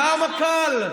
כמה קל.